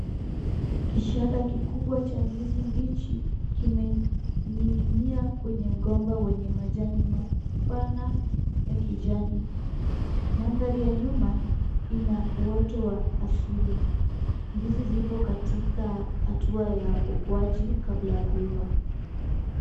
Kishahada kikubwa cha ndizi mbichi, kimening'inia kwenye mgomba wenye majani mapana ya kijani. Mandhari ya nyuma inauoto wa asili. Ndizi ziko katika hatua ya ukuaji kabla ya kuiva.